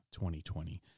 2020